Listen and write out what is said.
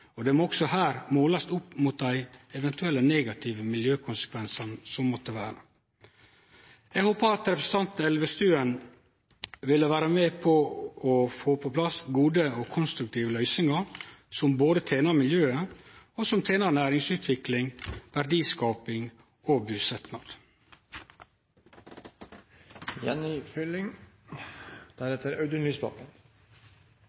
og det må også her målast opp mot dei eventuelle negative miljøkonsekvensane som måtte vere. Eg håper at representanten Elvestuen vil vere med å få på plass gode og konstruktive løysingar som tener både miljø og næringsutvikling, verdiskaping og busetnad. Interpellanten stiller spørsmål ved fleire aktuelle og